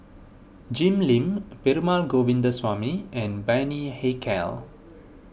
Jim Lim Perumal Govindaswamy and Bani Haykal